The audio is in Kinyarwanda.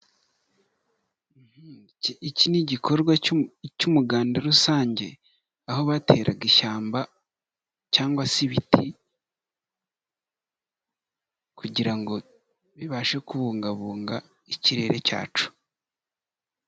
Iki ni igikorwa cy'umuganda rusange, aho bateraga ishyamba cyangwa se ibiti, kugira ngo bibashe kubungabunga ikirere cyacu.